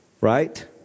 right